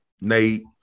Nate